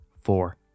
four